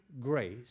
grace